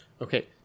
Okay